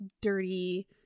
dirty